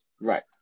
right